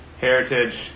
Heritage